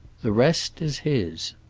the rest is his.